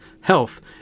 health